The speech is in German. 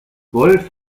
wolff